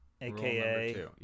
aka